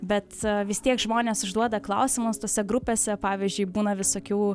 bet vis tiek žmonės užduoda klausimus tose grupėse pavyzdžiui būna visokių